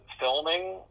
Filming